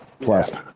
plus